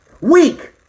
Weak